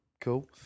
Cool